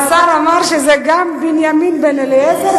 השר אמר שזה גם בנימין בן-אליעזר,